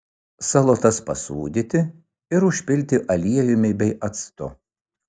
salotas pasūdyti ir užpilti aliejumi bei actu